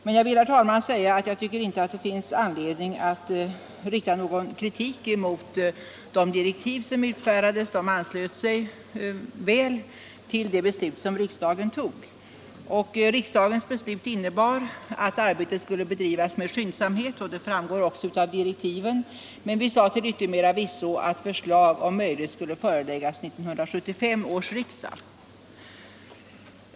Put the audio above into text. Men jag vill, herr talman, säga att jag inte tycker att det finns anledning att rikta någon kritik mot de direktiv som utfärdades. De anslöt sig väl till det beslut som riksdagen tog. Riksdagens beslut innebar att arbetet skulle bedrivas med skyndsamhet. Det framgår också av direktiven. Men vi sade till yttermera visso att förslag om möjligt skulle föreläggas 1975 års riksdag.